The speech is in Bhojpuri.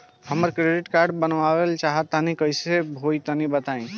हम क्रेडिट कार्ड बनवावल चाह तनि कइसे होई तनि बताई?